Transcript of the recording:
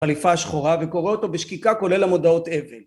חליפה שחורה וקורא אותו בשקיקה כולל המודעות אבל